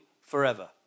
forever